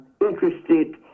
interested